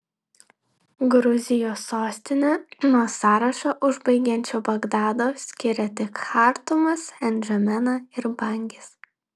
gruzijos sostinę nuo sąrašą užbaigiančio bagdado skiria tik chartumas ndžamena ir bangis